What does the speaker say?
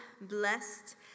blessed